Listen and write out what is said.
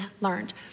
learned